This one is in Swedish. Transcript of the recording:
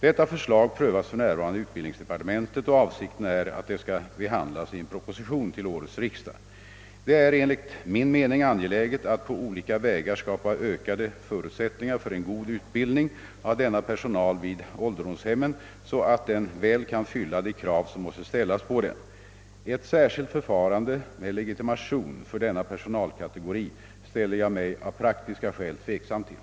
Detta förslag prövas f.n. i utbildningsdepartementet, och avsikten är att det skall behandlas i en proposition till årets riksdag. Det är enligt min mening angeläget att på olika vägar skapa ökade förutsättningar för en god utbildning av denna personal vid ålderdomshemmen så att den väl kan fylla de krav som måste ställas på den. Ett särskilt förfarande med legitimation för denna personalkategori ställer jag mig av praktiska skäl tveksam till.